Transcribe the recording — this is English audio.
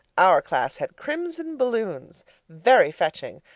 our class had crimson balloons very fetching,